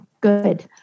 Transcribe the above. Good